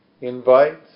invite